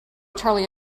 charlie